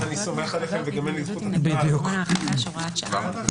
סמכויות מיוחדות להתמודדות עם נגיף הקורונה החדש (הוראת שעה)